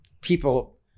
people